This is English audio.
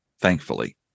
Thankfully